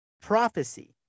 prophecy